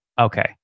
Okay